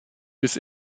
bis